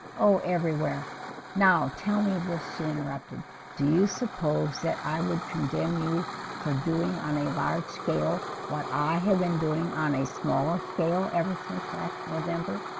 oh everywhere now. tell me this she interrupted do you suppose that i would condemn you for? doing on a large scale what i have been doing on a smaller scale ever since last november